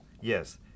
yes